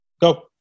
go